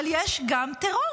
אבל יש שם גם טרור.